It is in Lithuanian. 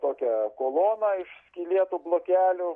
tokią koloną iš skylėtų blokelių